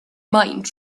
mined